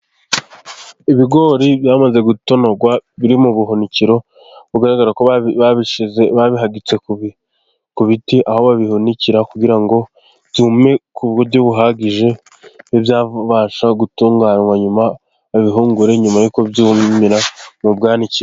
Ibigori byamaze gutonorwa biri mu buhunikiro. Bigaragara ko babihagitse ku biti, aho babihunikira kugira ngo byume ku buryo buhagije, bibe byabasha gutunganywa nyuma babihungure, nyuma y'uko byumira mu bwanikiro.